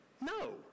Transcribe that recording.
No